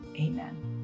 Amen